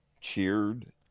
cheered